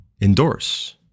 endorse